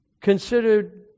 considered